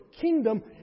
kingdom